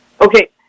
Okay